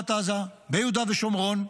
ברצועת עזה, ביהודה ושומרון,